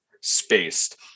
Spaced